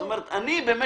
זה הצטבר אצלי